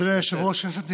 אדוני היושב-ראש, כנסת נכבדה,